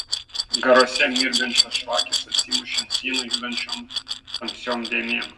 garuose mirgančios žvakės atsimušė ant sienų judančiom tamsiom dėmėm